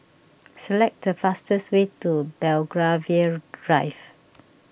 select the fastest way to Belgravia Drive